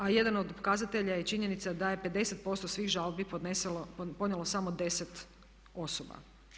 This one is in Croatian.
A jedan od pokazatelja je činjenica da je 50% svih žalbi podnijelo samo 10 osoba.